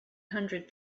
hundred